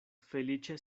feliĉe